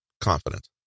confident